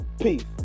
Peace